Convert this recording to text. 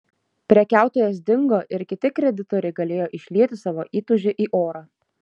prekiautojas dingo ir kiti kreditoriai galėjo išlieti savo įtūžį į orą